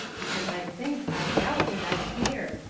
because i think, i doubt and i fear.